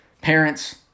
Parents